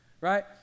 right